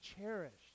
cherished